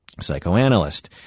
psychoanalyst